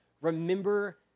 remember